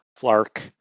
Flark